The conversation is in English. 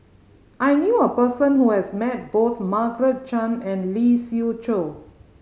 I knew a person who has met both Margaret Chan and Lee Siew Choh